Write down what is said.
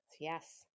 yes